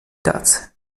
tacy